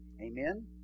Amen